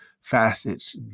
facets